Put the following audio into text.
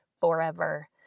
forever